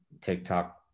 TikTok